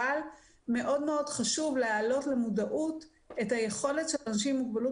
אבל מאוד מאוד חשוב להעלות למודעות את היכולת של אנשים עם מוגבלות